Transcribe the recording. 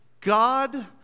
God